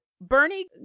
bernie